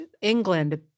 England